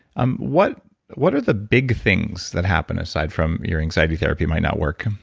um what what are the big things that happen, aside from your anxiety therapy might not work?